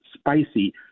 Spicy